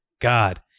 God